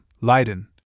Leiden